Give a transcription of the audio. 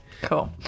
Cool